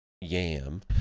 Yam